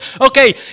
okay